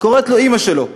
קוראת לו אימא שלו,